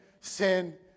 sin